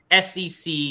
sec